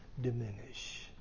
diminish